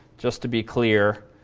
just to be clear,